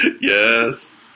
Yes